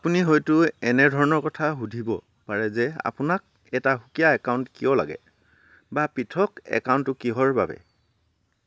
আপুনি হয়তো এনেধৰণৰ কথা সুধিব পাৰে যে 'আপোনাক এটা সুকীয়া একাউণ্ট কিয় লাগে ' বা 'পৃথক একাউণ্টটো কিহৰ বাবে '